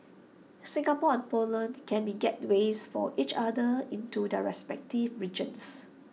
Singapore and Poland can be gateways for each other into their respective regions